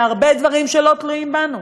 והרבה דברים שלא תלויים בנו.